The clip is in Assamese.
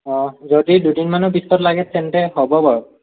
যদি দুদিনমানৰ পিছত লাগে তেন্তে হ'ব বাও